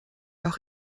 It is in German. auch